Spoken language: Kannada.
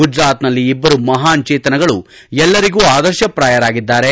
ಗುಜರಾತ್ನಲ್ಲಿ ಇಬ್ಬರು ಮಹಾನ್ ಚೇತನಗಳು ಎಲ್ಲರಿಗೂ ಆದರ್ಶಪ್ರಾಯರಾಗಿದ್ದಾರೆ